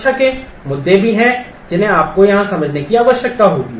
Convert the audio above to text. सुरक्षा के मुद्दे भी हैं जिन्हें आपको यहां समझने की आवश्यकता होगी